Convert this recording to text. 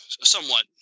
Somewhat